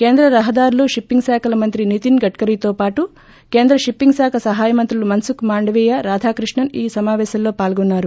కేంద్ర రహదారులు షిప్పింగ్ శాఖల మంత్రి నితిన్ గడ్గరీ తో పాటు కేంద్ర షిప్పింగ్ శాఖ సహాయ మంత్రులు మన్సుఖ్ మాండవీయ రాధాకృష్ణన్ ఈ సమాపేశంలో పాల్గొన్నారు